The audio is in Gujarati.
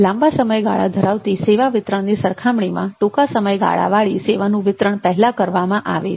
લાંબા સમયગાળા ધરાવતી સેવા વિતરણની સરખામણીમાં ટૂંકા સમયગાળા વાળી સેવાનું વિતરણ પહેલાં કરવામાં આવે છે